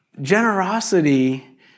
generosity